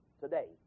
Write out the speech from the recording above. today